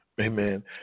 amen